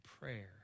prayer